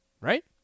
Right